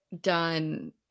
done